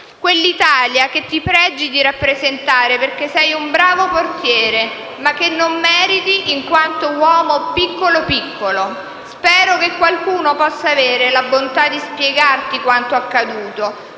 quell'Italia che ti pregi di rappresentare, perché sei un bravo portiere, ma che non meriti, in quanto uomo piccolo piccolo. Spero che qualcuno possa avere la bontà di spiegarti quanto accaduto,